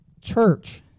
Church